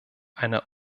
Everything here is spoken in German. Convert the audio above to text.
eine